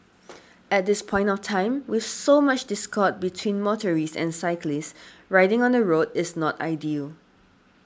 at this point of time with so much discord between motorists and cyclists riding on the road is not ideal